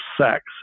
sex